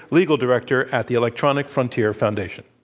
legal director at the electronic frontier foundation.